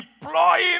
deploying